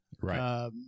Right